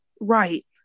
right